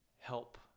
help